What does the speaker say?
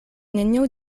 neniu